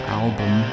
album